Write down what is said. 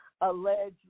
alleged